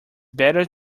better